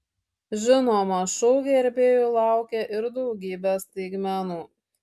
žinoma šou gerbėjų laukia ir daugybė staigmenų